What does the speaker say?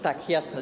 Tak, jasne.